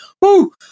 Woo